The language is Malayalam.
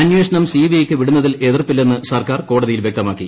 അന്വേഷണം സിബിഐക്ക് വിടുന്നതിൽ എതിർപ്പില്ലെന്ന് സർക്കാർ കോടതിയിൽ വ്യക്തമാക്കി